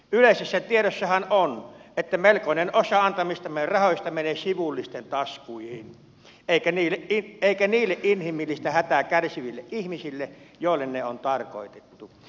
yleisessä tiedossahan on että melkoinen osa antamistamme rahoista menee sivullisten taskuihin eikä niille inhimillistä hätää kärsiville ihmisille joille ne on tarkoitettu